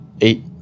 eight